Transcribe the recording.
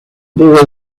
boy